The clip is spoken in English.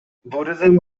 buddhism